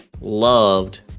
loved